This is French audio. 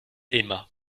aima